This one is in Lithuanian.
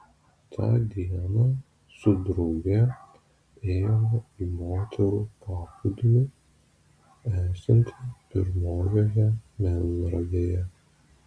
tą dieną su drauge ėjome į moterų paplūdimį esantį pirmojoje melnragėje